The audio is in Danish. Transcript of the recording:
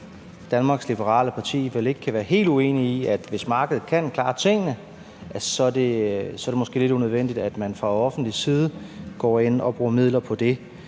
Danmarks Liberale Parti vel ikke kan være helt uenig i, at hvis markedet kan klare tingene, er det måske lidt unødvendigt, at man fra offentlig side går ind og bruger midler på det.